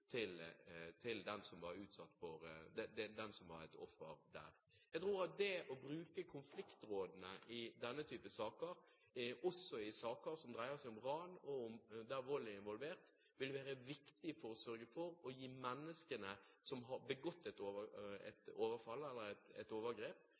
til ofrene. Jeg tror at det å bruke konfliktrådene i saker som dreier seg om ran der vold er involvert, er viktig for å kunne gi menneskene som har begått et